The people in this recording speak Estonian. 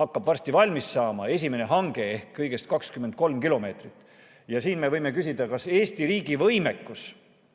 hakkab varsti valmis saama, esimene hange ehk kõigest 23 kilomeetrit. Siin me võime küsida, kas Eesti riigi võimekus